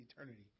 eternity